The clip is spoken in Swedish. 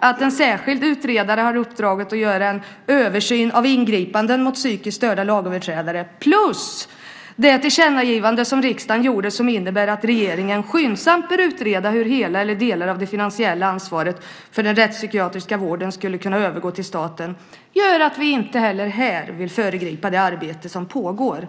att en särskild utredare har i uppdrag att göra en översyn av ingripanden mot psykiskt störda lagöverträdare och det tillkännagivande som riksdagen har gjort om att regeringen skyndsamt bör utreda hur hela eller delar av det finansiella ansvaret för den rättspsykiatriska vården skulle kunna övergå till staten vill vi inte heller här föregripa det arbete som pågår.